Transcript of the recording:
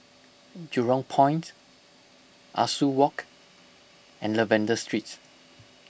Jurong Point Ah Soo Walk and Lavender Street